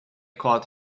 caught